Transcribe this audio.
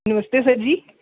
नमस्ते sir जी